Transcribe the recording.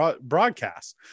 broadcast